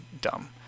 dumb